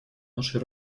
нашей